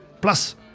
Plus